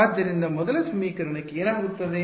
ಆದ್ದರಿಂದ ಮೊದಲ ಸಮೀಕರಣಕ್ಕೆ ಏನಾಗುತ್ತದೆ